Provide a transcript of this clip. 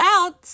Out